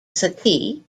settee